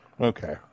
Okay